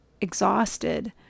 exhausted